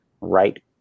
right